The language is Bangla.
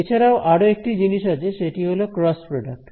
এছাড়াও আরো একটি জিনিস আছে সেটি হলো ক্রস প্রডাক্ট